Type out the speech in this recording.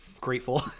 Grateful